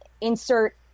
insert